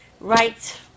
Right